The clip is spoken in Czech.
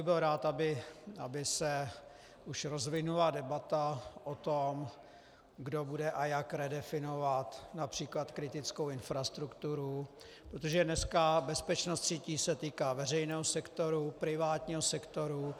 Byl bych rád, aby se už rozvinula debata o tom, kdo bude a jak redefinovat např. kritickou infrastrukturu, protože dneska bezpečnost sítí se týká veřejného sektoru, privátního sektoru.